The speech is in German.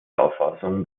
auffassung